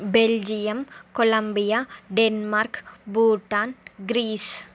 Belgium Colombia Denmark Bhutan Greece